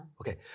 Okay